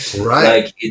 Right